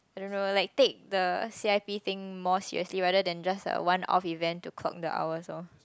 I don't know like take the c_i_p thing more seriously rather than just a one off event to clock the hours lor